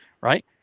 right